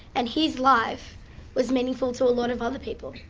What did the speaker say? and his life was meaningful to a lot of other people.